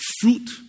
Fruit